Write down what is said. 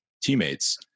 teammates